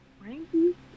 Frankie